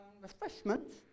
refreshments